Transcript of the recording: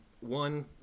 one